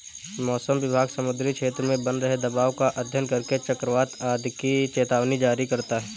मौसम विभाग समुद्री क्षेत्र में बन रहे दबाव का अध्ययन करके चक्रवात आदि की चेतावनी जारी करता है